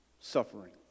Suffering